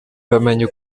bamenya